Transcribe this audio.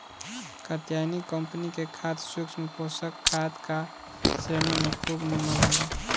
Katyayani company के खाद सूक्ष्म पोषक खाद का श्रेणी में खूब निमन होला